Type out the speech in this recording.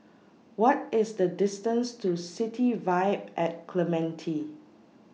What IS The distance to City Vibe At Clementi